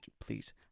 please